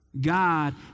God